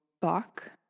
Bach